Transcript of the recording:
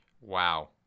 wow